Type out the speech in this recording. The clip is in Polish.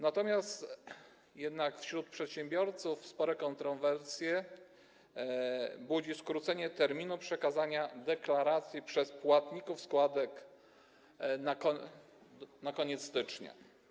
Natomiast wśród przedsiębiorców spore kontrowersje budzi skrócenie terminu przekazania deklaracji przez płatników składek - do końca stycznia.